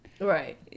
right